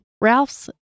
Ralph's